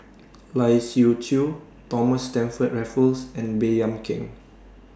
Lai Siu Chiu Thomas Stamford Raffles and Baey Yam Keng